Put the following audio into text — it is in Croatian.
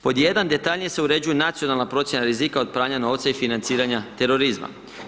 Pod 1. detaljnije se uređuju nacionalna procjena rizika od pranja novca i financiranja terorizma.